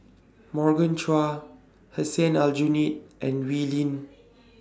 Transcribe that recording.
Morgan Chua Hussein Aljunied and Wee Lin